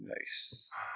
nice